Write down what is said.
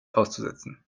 auszusetzen